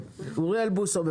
אוריאל בוסו,